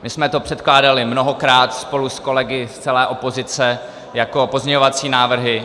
My jsme to předkládali mnohokrát spolu s kolegy z celé opozice jako pozměňovací návrhy.